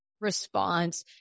response